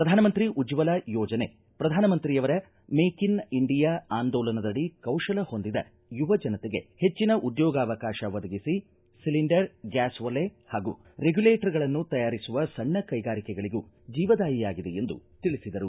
ಪ್ರಧಾನಮಂತ್ರಿ ಉಜ್ವಲಾ ಯೋಜನೆ ಪ್ರಧಾನಮಂತ್ರಿಯವರ ಮೇಕ್ ಇನ್ ಇಂಡಿಯಾ ಆಂದೋಲನದಡಿ ಕೌಶಲ ಹೊಂದಿದ ಯುವಜನತೆಗೆ ಹೆಚ್ಚಿನ ಉದ್ನೋಗಾವಕಾಶ ಒದಗಿಸಿ ಸಿಲಿಂಡರ್ ಗ್ವಾಸ್ ಒಲೆ ಹಾಗೂ ರೆಗ್ನುಲೆಟರ್ಗಳನ್ನು ತಯಾರಿಸುವ ಸಣ್ಣ ಕೈಗಾರಿಕೆಗಳಿಗೂ ಜೀವದಾಯಿಯಾಗಿದೆ ಎಂದು ತಿಳಿಸಿದರು